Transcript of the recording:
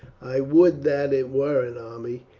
i would that it were an army.